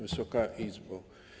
Wysoka Izbo!